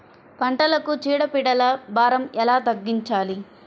పంటలకు చీడ పీడల భారం ఎలా తగ్గించాలి?